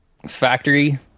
Factory